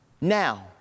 Now